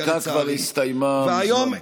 כי הדקה כבר הסתיימה מזמן.